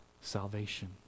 salvation